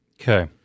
Okay